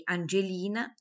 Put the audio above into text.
Angelina